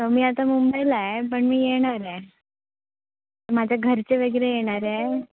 तर मी आता मुंबईला आहे पण मी येणार आहे माझ्या घरचे वगैरे येणार आहे